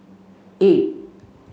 eight